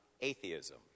atheism